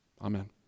Amen